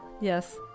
Yes